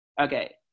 Okay